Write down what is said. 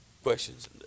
questions